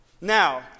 Now